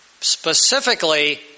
Specifically